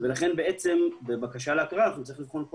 ולכן בעצם בבקשה להכרה אנחנו נצטרך לבחון כל